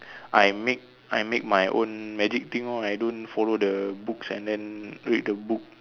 I make I make my own magic thing lor I don't follow the books and then read the book